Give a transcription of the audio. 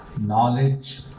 knowledge